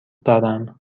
دارم